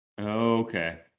Okay